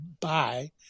bye